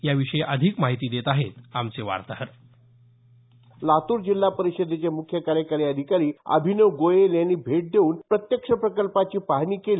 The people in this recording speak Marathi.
याविषयी अधिक माहिती देत आहेत आमचे वार्ताहर लातूर जिल्हा परिषदेचे मुख्य कार्यकारी अधिकारी अभिनव गोयल यांनी भेट देऊन प्रत्यक्ष प्रकल्पाची पाहणी केली